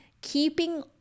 keeping